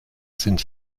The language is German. sind